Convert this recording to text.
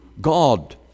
God